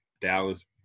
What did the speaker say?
Dallas